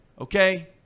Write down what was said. okay